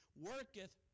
worketh